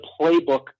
playbook